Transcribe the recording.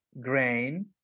grain